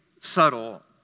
subtle